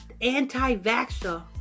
anti-vaxxer